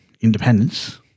Independence